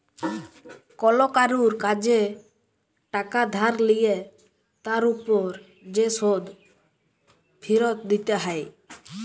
call কারুর কাজে টাকা ধার লিলে তার উপর যে শোধ ফিরত দিতে হ্যয়